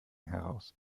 heraus